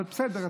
אבל בסדר,